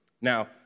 Now